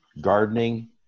gardening